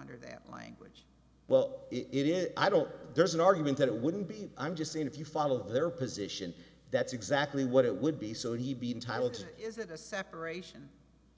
under that language well it is i don't there's an argument that it wouldn't be i'm just saying if you follow their position that's exactly what it would be so he be entitled to is it a separation